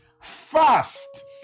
fast